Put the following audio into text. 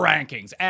Rankings